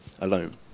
alone